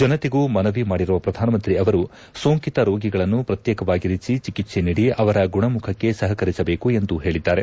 ಜನತೆಗೂ ಮನವಿ ಮಾಡಿರುವ ಪ್ರಧಾನಮಂತ್ರಿ ಅವರು ಸೋಂಕಿತ ರೋಗಿಗಳನ್ನು ಪ್ರಕ್ಶೇಕವಾಗಿರಿಸಿ ಚಿಕಿತ್ಸೆ ನೀಡಿ ಅವರ ಗುಣಮುಖಕ್ಕೆ ಸಹಕರಿಸಬೇಕು ಎಂದು ಹೇಳಿದ್ದಾರೆ